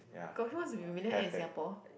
got who wants to be a millionaire in Singapore